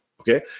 okay